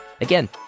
Again